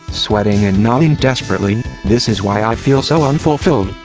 sweating and nodding desperately, this is why i feel so unfulfilled,